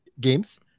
games